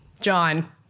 John